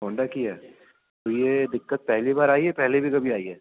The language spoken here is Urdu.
ہونڈا کی ہے تو یہ دقت پہلی بار آئی ہے پہلے بھی کبھی آئی ہے